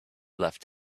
left